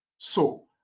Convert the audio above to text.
so,